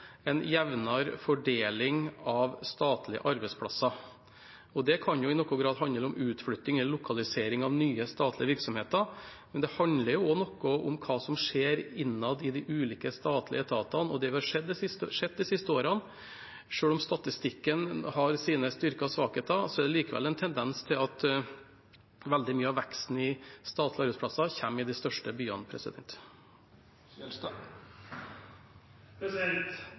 statlige arbeidsplasser. Det kan i noen grad handle om utflytting eller lokalisering av nye statlige virksomheter, men det handler også noe om hva som skjer innad i de ulike statlige etatene. Og det som vi har sett de siste årene – selv om statistikken har sine styrker og svakheter – er en tendens til at veldig mye av veksten i statlige arbeidsplasser kommer i de største byene.